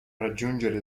raggiungere